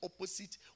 opposite